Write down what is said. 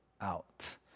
out